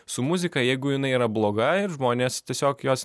su muzika jeigu jinai yra bloga ir žmonės tiesiog jos